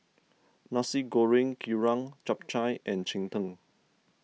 Nasi Goreng Kerang Chap Chai and Cheng Tng